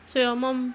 so your mum